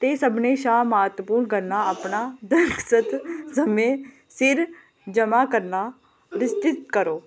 ते सभनें शा म्हत्तवपूर्ण गल्ल अपना दरखास्त समें सिर जमा करना निश्चत करो